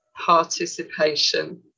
participation